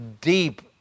deep